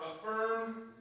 affirm